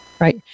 Right